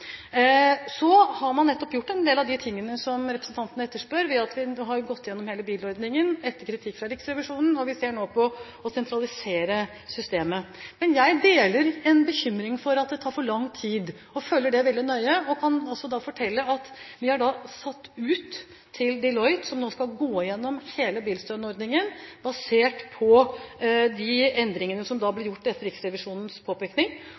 del av de tingene som representanten etterspør, ved at vi har gått gjennom hele bilordningen etter kritikk fra Riksrevisjonen, og vi ser nå på muligheten for å sentralisere systemet. Jeg deler bekymringen for at det tar for lang tid og følger det veldig nøye. Jeg kan også fortelle at vi har satt ut dette til Deloitte, som nå skal gå gjennom hele bilstønadsordningen, basert på de endringene som ble gjort etter Riksrevisjonens påpekning,